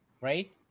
right